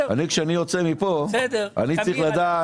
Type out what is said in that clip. כשאני יוצא מפה אני צריך לדעת.